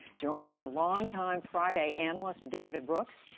joining our longtime friday analyst, david brooks,